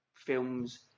films